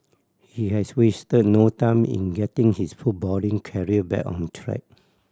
he has wasted no time in getting his footballing career back on track